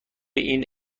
این